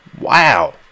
Wow